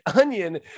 onion